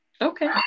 Okay